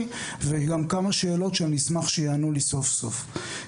וגם כמה שאלות שאני אשמח שיענו לי סוף סוף.